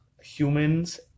humans